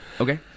okay